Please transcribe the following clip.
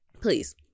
please